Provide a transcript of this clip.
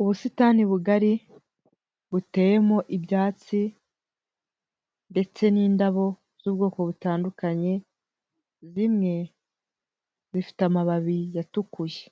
Ubusitani bugari buteyemo ibyatsi ndetse n'indabo z'ubwoko butandukanye, zimwe zifite amababi yatukuye,